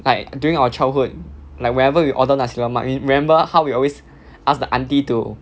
like during our childhood like whenever we order nasi lemak you remember how we always ask the aunty to